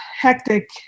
hectic